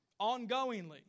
Ongoingly